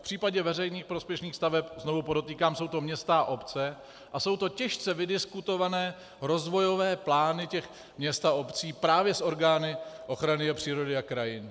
V případě veřejně prospěšných staveb znovu podotýkám, jsou to města a obce, a jsou to těžce vydiskutované rozvojové plány měst a obcí právě s orgány ochrany přírody a krajiny.